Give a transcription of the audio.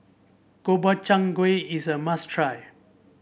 Gobchang Gui is a must try